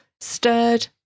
stirred